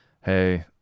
hey